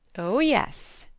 o yes,